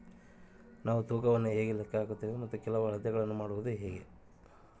ನಾವು ತೂಕವನ್ನು ಹೇಗೆ ಲೆಕ್ಕ ಹಾಕುತ್ತೇವೆ ಮತ್ತು ಕೆಲವು ಅಳತೆಗಳನ್ನು ಮಾಡುವುದು ಹೇಗೆ?